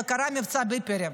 וקרה מבצע הביפרים.